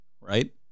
Right